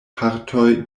partoj